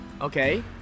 Okay